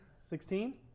Sixteen